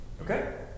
Okay